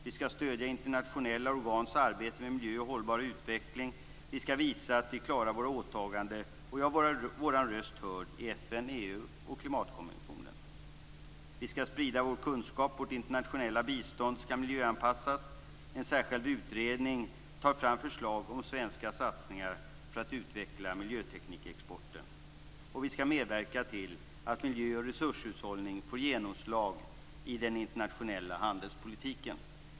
Vi skall stödja internationella organs arbete med miljö och hållbar utveckling. Vi skall visa att vi klarar våra åtaganden och göra vår röst hörd i FN, EU och klimatkonventionen. Vi skall sprida vår kunskap. Vårt internationella bistånd skall miljöanpassas. En särskild utredning tar fram förslag om svenska satsningar för att utveckla miljöteknikexporten. Vi skall medverka till att miljö och resurshushållning får genomslag i den internationella handelspolitiken.